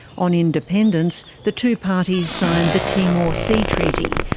on independence, the two parties signed the timor sea treaty,